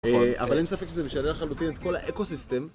אבל אין ספק שזה משנה לחלוטין את כל האקוסיסטם